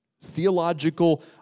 theological